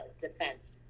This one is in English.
defense